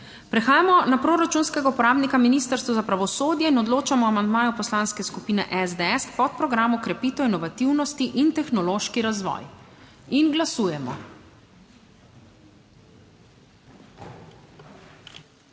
Prehajamo na proračunskega uporabnika Ministrstvo za pravosodje in odločamo amandmaju Poslanske skupine SDS k podprogramu Krepitev inovativnosti in tehnološki razvoj. Kolega